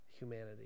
humanity